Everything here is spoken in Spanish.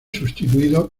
sustituido